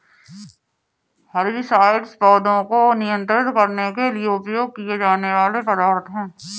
herbicides पौधों को नियंत्रित करने के लिए उपयोग किए जाने वाले पदार्थ हैं